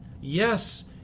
Yes